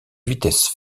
vitesse